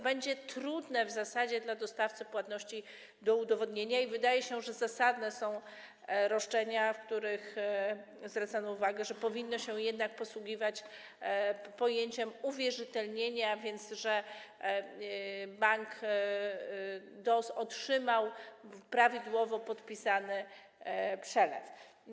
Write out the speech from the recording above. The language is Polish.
Będzie to w zasadzie trudne dla dostawcy płatności do udowodnienia i wydaje się, że zasadne są roszczenia, w których zwracano uwagę, że powinno się jednak posługiwać pojęciem uwierzytelnienia, a więc że bank otrzymał prawidłowo podpisany przelew.